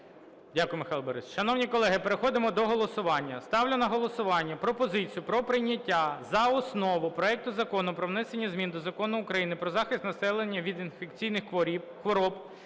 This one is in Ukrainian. Дякую, Михайло Борисович. Шановні колеги, переходимо до голосування. Ставлю на голосування пропозицію про прийняття за основу проекту Закону про внесення змін до Закону України "Про захист населення інфекційних хвороб"